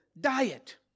diet